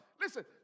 Listen